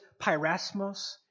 pyrasmos